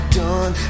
done